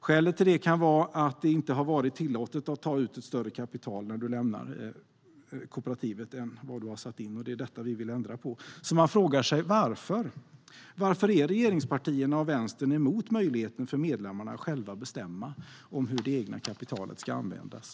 Skälet till det kan vara att det inte har varit tillåtet att ta ut ett större kapital när du lämnar kooperativet än vad du har satt in. Det är detta vi vill ändra på. Man frågar sig: Varför är regeringspartierna och Vänstern emot möjligheten för medlemmarna att själva bestämma om hur det egna kapitalet ska användas?